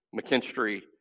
mckinstry